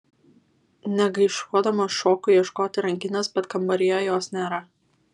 negaišuodama šoku ieškoti rankinės bet kambaryje jos nėra